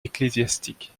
ecclésiastiques